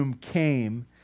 came